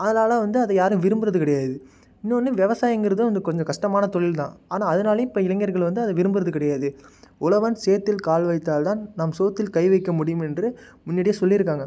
அதனால வந்து அதை யாரும் விரும்புறது கிடையாது இன்னொன்று விவசாயங்கிறதும் வந்து கொஞ்சம் கஷ்டமான தொழில் தான் ஆனால் அதனாலையும் இப்போ இளைஞர்கள் வந்து அதை விரும்புறது கிடையாது உழவன் சேத்தில் கால் வைத்தால் தான் நாம் சோத்தில் கை வைக்க முடியும் என்று முன்னாடியே சொல்லி இருக்காங்க